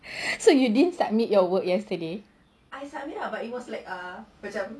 so you didn't submit your work yesterday